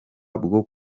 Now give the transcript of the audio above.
bwo